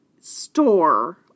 store